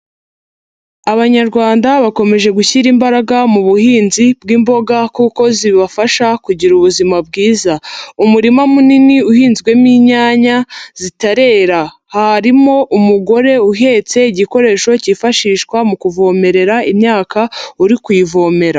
Abanyarwanda bakomeje gushyira imbaraga mu buhinzi bw'imboga kuko zibafasha kugira ubuzima bwiza, umurima munini uhinzwemo inyanya zitarera harimo umugore uhetse igikoresho cyifashishwa mu kuvomerera imyaka uri kuyivomera.